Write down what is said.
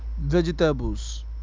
vegetables